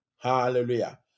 Hallelujah